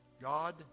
God